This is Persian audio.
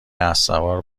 اسبسوار